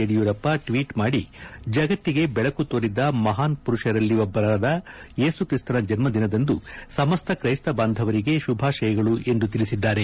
Yediyurappa tweet ಮಾಡಿ ಜಗತ್ತಿಗೆ ಬೆಳಕು ತೋರಿದ ಮಹಾನ್ ಮರುಷರಲ್ಲಿ ಒಬ್ಬರಾದ ಯೇಸುಕ್ರಿಸ್ತನ ಜನ್ಮ ದಿನದಂದು ಸಮಸ್ತ ತ್ರೈಸ್ತ ಬಾಂಧವರಿಗೆ ಶುಭಾಶಯಗಳು ಎಂದು ತಿಳಿಸಿದ್ದಾರೆ